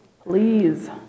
Please